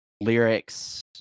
lyrics